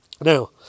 Now